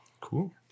Cool